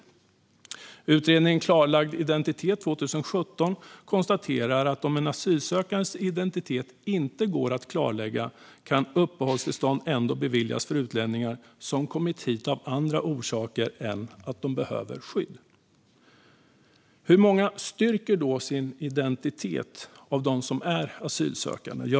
I utredningen Klarlagd identitet från 2017 konstateras att om en asylsökandes identitet inte går att klarlägga kan uppehållstillstånd ändå beviljas för utlänningar "som kommit hit av andra orsaker än att de behöver skydd". Hur många styrker då sin identitet av de asylsökande?